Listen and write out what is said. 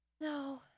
no